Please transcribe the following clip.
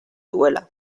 duela